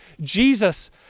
Jesus